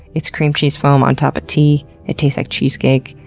it's cream cheese foam on top of tea. it tastes like cheesecake.